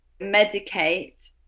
medicate